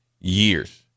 years